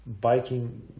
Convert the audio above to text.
biking